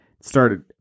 started